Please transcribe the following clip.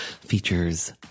features